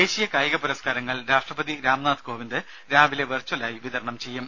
ദേശീയ കായിക പുരസ്കാരങ്ങൾ രാഷ്ട്രപതി രാംനാഥ് കോവിന്ദ് വെർച്വൽ ആയി വിതരണം ചെയ്യും